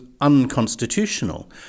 unconstitutional